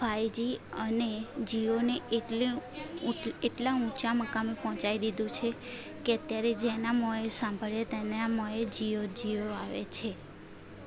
five G અને જીઓને એટલું મોટી એટલા ઊંચા મકામે પહોંચાડી દીધું છે કે અત્યારે જેના મોં એ સાંભળીએ તેના મોં એ જીઓ જીઓ આવે છે